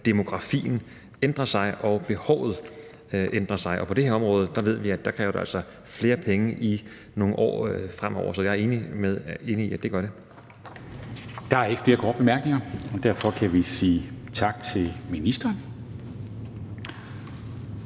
demografien ændrer sig og behovet ændrer sig. Og på det her område ved vi, at det altså kræver flere penge i nogle år fremover. Det er jeg enig i at det gør. Kl. 12:31 Formanden (Henrik Dam Kristensen): Der er ikke flere korte bemærkninger, og derfor kan vi sige tak til ministeren.